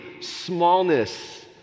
smallness